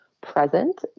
present